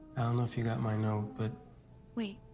know if you got my note but wait,